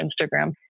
Instagram